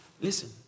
Listen